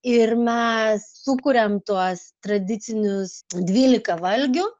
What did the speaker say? ir mes sukuriam tuos tradicinius dvylika valgių